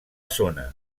zona